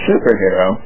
Superhero